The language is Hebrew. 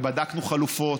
ובדקנו חלופות,